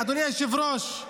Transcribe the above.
אדוני היושב-ראש,